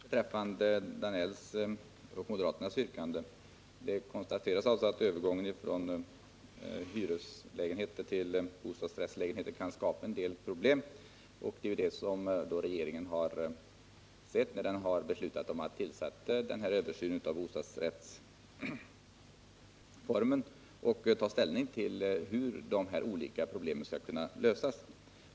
Herr talman! Först herr Danells och moderaternas yrkande. Det konstateras alltså att övergången från hyreslägenheter till bostadsrättslägenheter kan skapa vissa problem. Det har också regeringen insett, varför den har beslutat att göra den här översynen av bostadsrättsformen för att sedan kunna ta ställning till hur de olika problemen skall kunna lösas.